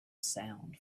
sound